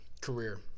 career